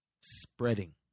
spreading